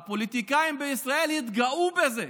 הפוליטיקאים בישראל התגאו בזה,